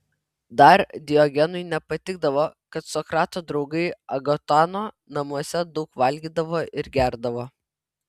dar diogenui nepatikdavo kad sokrato draugai agatono namuose daug valgydavo ir gerdavo